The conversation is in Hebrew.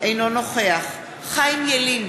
אינו נוכח חיים ילין,